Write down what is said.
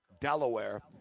Delaware